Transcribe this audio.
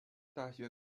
大学